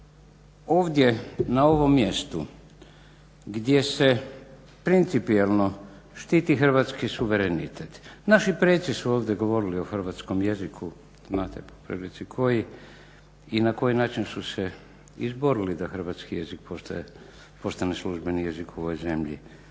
ovdje na ovom mjestu gdje se principijelno štiti hrvatski suverenitet, naši preci su ovdje govorili o hrvatskom jeziku, znate po prilici koji i na koji način su se izborili da hrvatski jezik postane službeni jezik u ovoj zemlji.